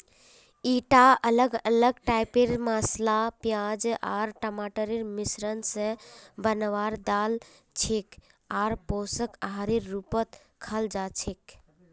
ईटा अलग अलग टाइपेर मसाला प्याज आर टमाटरेर मिश्रण स बनवार दाल छिके आर पोषक आहारेर रूपत खाल जा छेक